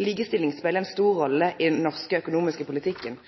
Likestilling speler ei stor rolle i den norske økonomiske politikken.